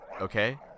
Okay